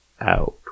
out